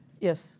Yes